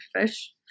fish